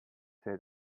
say